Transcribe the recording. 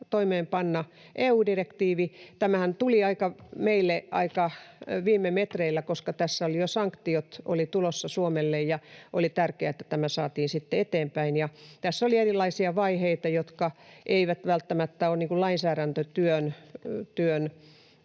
toimeenpanna EU-direktiivi. Tämähän tuli meille aika viime metreillä, koska tässä jo sanktiot olivat tulossa Suomelle ja oli tärkeää, että tämä saatiin sitten eteenpäin. Tässä oli erilaisia vaiheita, ja se ei välttämättä ole lainsäädäntötyön